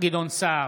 גדעון סער,